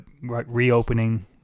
reopening –